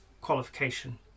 qualification